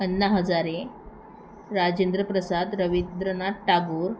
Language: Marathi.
अण्णा हजारे राजेंद्र प्रसाद रवींद्रनाथ टागोर